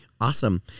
Awesome